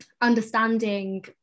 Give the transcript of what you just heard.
understanding